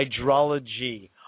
hydrology